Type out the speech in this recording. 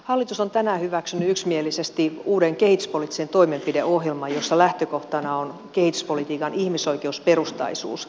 hallitus on tänään hyväksynyt yksimielisesti uuden kehityspoliittisen toimenpideohjelman jossa lähtökohtana on kehityspolitiikan ihmisoikeusperustaisuus